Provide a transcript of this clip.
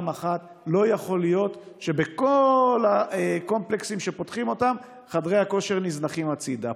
1. לא יכול להיות שבכל הקומפלקסים שפותחים חדרי הכושר נזנחים הצידה.